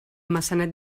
maçanet